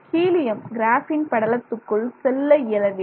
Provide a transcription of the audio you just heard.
helium graphene படலத்துக்குள் செல்ல இயலவில்லை